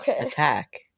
attack